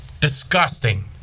Disgusting